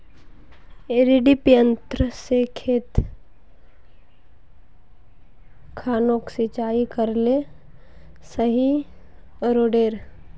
डिरिपयंऋ से खेत खानोक सिंचाई करले सही रोडेर?